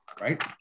right